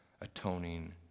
atoning